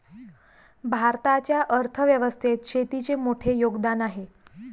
भारताच्या अर्थ व्यवस्थेत शेतीचे मोठे योगदान आहे